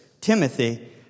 Timothy